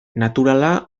naturala